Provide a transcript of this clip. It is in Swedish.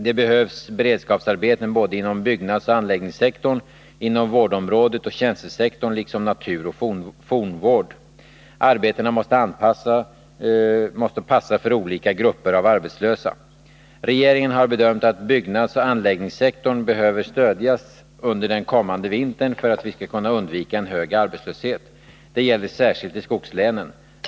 Det behövs beredskapsarbeten inom både byggnadsoch anläggningssektorn, inom vårdområdet och tjänstesektorn liksom beträffande naturoch fornvården. Arbetena måste passa för olika grupper av arbetslösa. Regeringen har bedömt att byggnadsoch anläggningssektorn behöver stödjas under den kommande vintern för att vi skall kunna undvika en hög arbetslöshet. Det gäller särskilt i skogslänen.